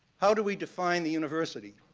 how do we define the university?